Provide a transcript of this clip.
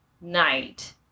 night